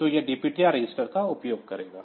तो यह DPTR register का उपयोग करेगा